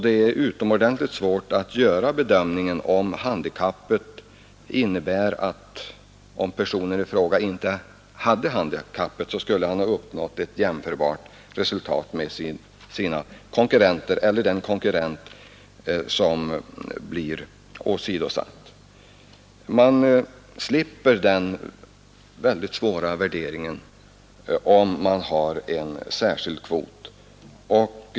Det är utomordentligt svårt att göra bedömningen att en person, om han inte hade handikappet, skulle ha uppnått ett resultat, jämförbart med vad som uppnåtts av den konkurrent som blir åsidosatt. Man slipper denna mycket svåra värdering om man har en särskild kvot.